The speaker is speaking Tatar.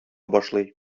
башлый